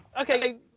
okay